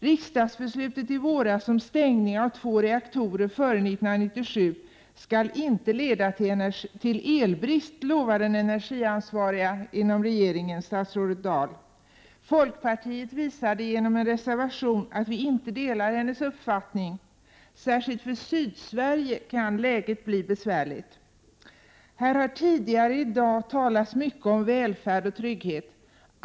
Riksdagsbeslutet i våras om stängning av två reaktorer före 1997 skall inte leda till elbrist, lovar den energiansvariga inom regeringen, statsrådet Dahl. Folkpartiet visade genom en reservation att vi inte delar hennes uppfattning. Särskilt för Sydsverige kan läget bli besvärligt. Här har tidigare i dag talats mycket om välfärd och trygghet.